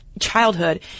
childhood